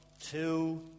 two